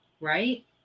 right